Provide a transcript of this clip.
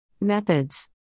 Methods